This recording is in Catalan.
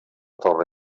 torre